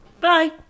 Bye